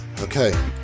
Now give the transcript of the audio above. Okay